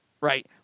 right